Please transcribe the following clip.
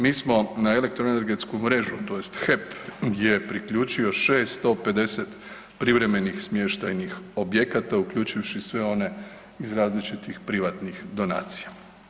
Mi smo na elektroenergetsku mrežu tj. HEP gdje je priključio 650 privremenih smještajnih objekata uključujući sve one iz različitih privatnih donacija.